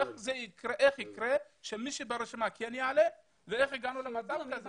השאלה היא איך יקרה שמי ברשימה כן יעלה ואיך הגענו למצב כזה.